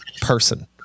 person